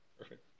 Perfect